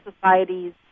societies